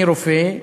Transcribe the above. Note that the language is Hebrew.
אני רופא,